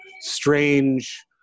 strange